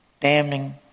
damning